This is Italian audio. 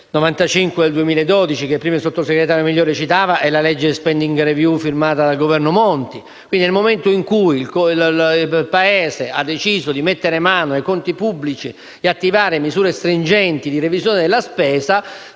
n. 95 del 2012, che prima il sottosegretario Migliore citava, è la legge sulla *spending review* firmata dal Governo Monti) e, nel momento in cui il Paese ha deciso di mettere mano ai conti pubblici e di attivare misure stringenti di revisione della spesa,